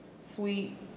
sweet